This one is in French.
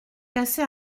cassé